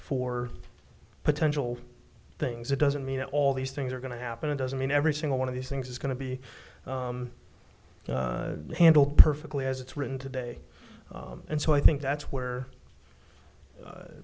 for potential things it doesn't mean all these things are going to happen it doesn't mean every single one of these things is going to be handled perfectly as it's written today and so i think that's where